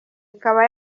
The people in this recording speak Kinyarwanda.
ikaba